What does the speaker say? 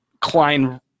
Klein